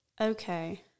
Okay